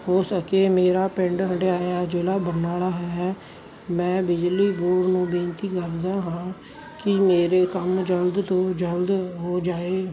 ਹੋ ਸਕੇ ਮੇਰਾ ਪਿੰਡ ਹਢਿਆਇਆ ਜ਼ਿਲ੍ਹਾ ਬਰਨਾਲਾ ਹੈ ਮੈਂ ਬਿਜਲੀ ਬੋਰਡ ਨੂੰ ਬੇਨਤੀ ਕਰਦਾ ਹਾਂ ਕਿ ਮੇਰੇ ਕੰਮ ਜਲਦ ਹੋ ਜਾਏ